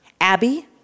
Abby